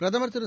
பிரதமர் திரு